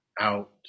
out